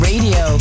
Radio